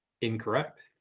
Incorrect